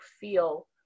feel